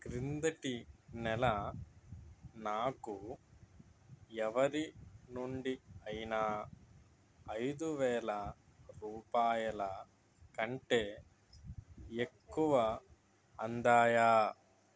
క్రిందటి నెల నాకు ఎవరి నుండి అయినా ఐదువేల రూపాయల కంటే ఎక్కువ అందాయా